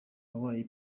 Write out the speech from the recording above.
wabaye